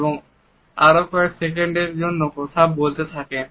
এবং আরো কয়েক সেকেন্ডের জন্য কথা বলতে থাকেন